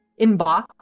inbox